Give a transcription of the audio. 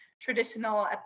traditional